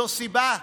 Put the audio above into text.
זו סיבה?